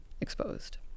exposed